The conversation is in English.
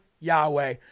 Yahweh